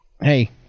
Hey